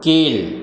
கீழ்